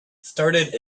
started